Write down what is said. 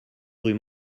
rue